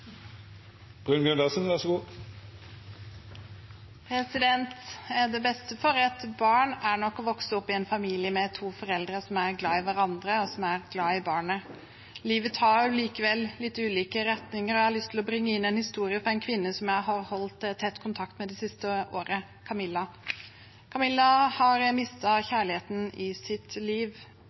glad i hverandre, og som er glad i barnet. Livet tar likevel litt ulike retninger, og jeg har lyst til å bringe inn en historie om en kvinne jeg har holdt tett kontakt med det siste året – Camilla. Camilla har mistet kjærligheten i sitt liv.